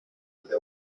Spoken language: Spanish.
desde